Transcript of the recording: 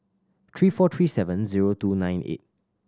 three four three seven zero two nine eight